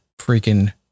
freaking